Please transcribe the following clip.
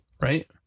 right